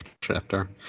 chapter